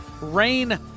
rain